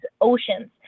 Oceans